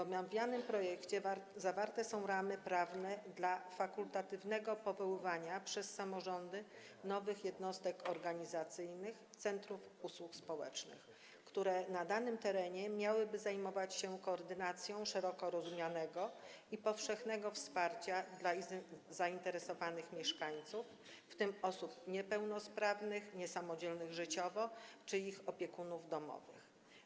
W omawianym projekcie zawarte są ramy prawne dla fakultatywnego powoływania przez samorządy nowych jednostek organizacyjnych, centrów usług społecznych, które na danym terenie miałyby zajmować się koordynacją szeroko rozumianego i powszechnego wsparcia dla zainteresowanych mieszkańców, w tym osób niepełnosprawnych, niesamodzielnych życiowo czy ich opiekunów domowych.